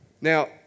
Now